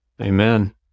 Amen